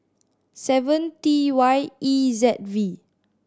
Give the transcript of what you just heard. seven T Y E Z V